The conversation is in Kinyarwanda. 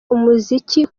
umuziki